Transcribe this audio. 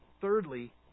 Thirdly